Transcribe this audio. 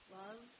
love